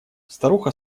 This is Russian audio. старуха